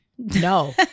no